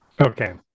Okay